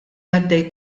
għaddej